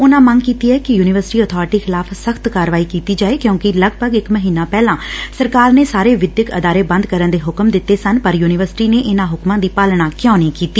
ਉਨਾਂ ਮੰਗ ਕੀਤੀ ਐ ਕਿ ਯੁਨੀਵਰਸਿਟੀ ਅਬਾਰਟੀ ਖਿਲਾਫ਼ ਸਖ਼ਤ ਕਾਰਵਾਈ ਕੀਤੀ ਜਾਏ ਕਿਉਂਕਿ ਲਗਭਗ ਇਕ ਮਹੀਨਾ ਪਹਿਲਾਂ ਸਰਕਾਰ ਨੇ ਸਾਰੇ ਵਿਦਿਅਕ ਅਦਾਰੇ ਬੰਦ ਕਰਨ ਦੇ ਹੁਕਮ ਦਿੱਤੇ ਸਨ ਪਰ ਯੁਨੀਵਰਸਿਟੀ ਨੇ ਇਨ੍ਸਾਂ ਹੁਕਮਾਂ ਦੀ ਪਾਲਣਾ ਕਿਉਂ ਨਹੀਂ ਕੀਤੀ